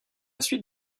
suite